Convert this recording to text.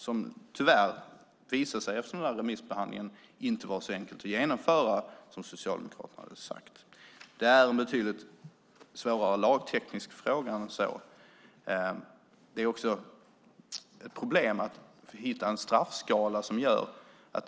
Efter remissbehandlingen visade det sig tyvärr att förslaget inte vara så enkelt att genomföra som Socialdemokraterna hade sagt. Det är en betydligt svårare lagteknisk fråga än så. Det är dessutom ett problem att hitta en straffskala som blir rätt.